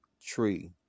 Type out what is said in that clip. tree